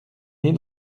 née